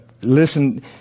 listen